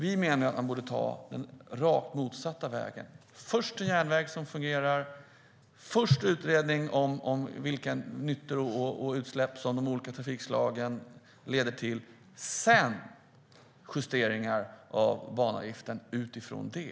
Vi anser att man borde ta den rakt motsatta vägen: först en järnväg som fungerar, först en utredning om vilka utsläpp som de olika trafikslagen leder till, sedan justeringar av banavgiften utifrån detta.